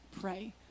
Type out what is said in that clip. Pray